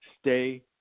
stay